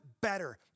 better